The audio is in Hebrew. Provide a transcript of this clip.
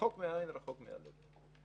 רחוק מהעין, רחוק מהלב.